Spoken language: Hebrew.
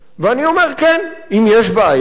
ואני אומר: כן, אם יש בעיה,